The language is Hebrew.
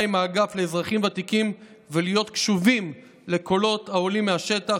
עם האגף לאזרחים ותיקים ולהיות קשובים לקולות העולים מהשטח